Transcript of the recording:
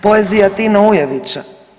Poezija Tina Ujevića?